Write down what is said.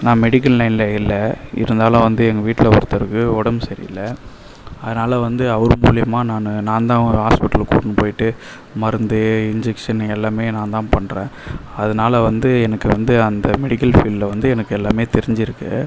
நான் மெடிக்கல் லைனில் இல்லை இருந்தாலும் வந்து எங்கள் வீட்டில் ஒருத்தருக்கு உடம்பு சரி இல்லை அதனால வந்து அவரு மூலிமா நானு நான்தா அவர ஹாஸ்பிட்டலு கூட்டுனு போயிட்டு மருந்து இன்ஜெக்ஷனு எல்லாமே நான்தான் பண்ணுறேன் அதனால வந்து எனக்கு வந்து அந்த மெடிக்கல் ஃபீல்ட்டில் வந்து எனக்கு எல்லாமே தெரிஞ்சிருக்குது